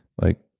like,